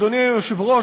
אדוני היושב-ראש,